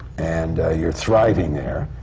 and you're thriving there.